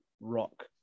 rock